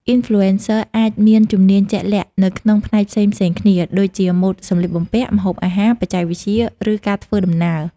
Influencers អាចមានជំនាញជាក់លាក់នៅក្នុងផ្នែកផ្សេងៗគ្នា ដូចជាម៉ូដសម្លៀកបំពាក់ ម្ហូបអាហារ បច្ចេកវិទ្យា ឬការធ្វើដំណើរ។